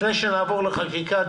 לפני שנעבור לחקיקה,